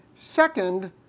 Second